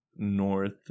North